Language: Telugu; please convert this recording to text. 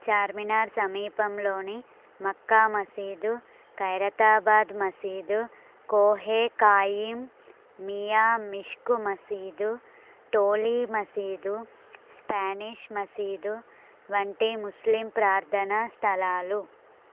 ఛార్మినార్ సమీపంలోని మక్కా మసీదు ఖైరతాబాదు మసీదు కోహే ఖాయిమ్ మియా మిష్క్ మసీదు టోలి మసీదు స్పానిష్ మసీదు వంటి ముస్లిం ప్రార్థనా స్థలాలు